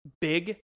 big